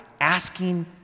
asking